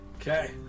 Okay